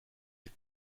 est